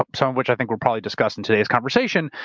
um some of which i think were probably discussed in today's conversation.